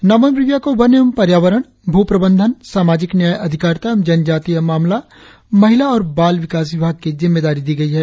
नाबाम रिबिया को वन एवं पर्यावरण भू प्रबंधन सामाजिक न्याय अधिकारिता एवं जनजातीय मामला महिला और बाल विकास विभाग की जिम्मेदारी दी गई है